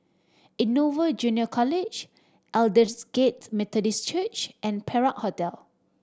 Innova Junior College Aldersgate Methodist Church and Perak Hotel